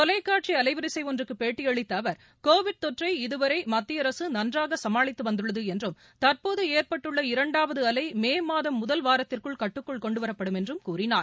தொலைக்காட்சி அலைவரிசை ஒன்றுக்கு பேட்டியளித்த அவர் கோவிட் நோய் தொற்றை இதுவரை மத்திய அரசு நன்றாக சமாளித்து வந்துள்ளது என்றும் தற்போது ஏற்பட்டுள்ள இரண்டாவது அலை மே மாதம் முதல் வாரத்திற்குள் கட்டுக்குள் கொண்டுவரப்படும் என்றும் கூறினார்